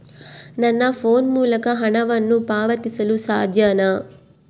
ನನ್ನ ಫೋನ್ ಮೂಲಕ ಹಣವನ್ನು ಪಾವತಿಸಲು ಸಾಧ್ಯನಾ?